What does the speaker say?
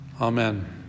Amen